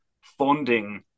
funding